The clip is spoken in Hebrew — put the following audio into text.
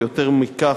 ויותר מכך,